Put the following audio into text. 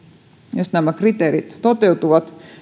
jos nämä kriteerit toteutuvat